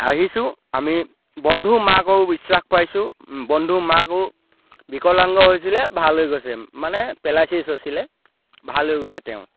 আহিছোঁ আমি বন্ধু মাকৰো বিশ্বাস পাইছোঁ বন্ধু মাকো বিকলাংগ হৈছিলে ভাল হৈ গৈছে মানে পেলাইচিছ হৈছিলে ভাল হৈ গৈছে তেওঁ